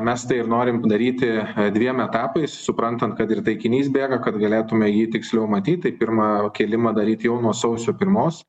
mes tai ir norim padaryti dviem etapais suprantant kad ir taikinys bėga kad galėtume jį tiksliau matyti pirmą kėlimą daryti jau nuo sausio pirmos